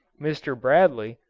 mr. bradley,